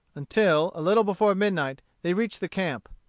until, a little before midnight, they reached the camp.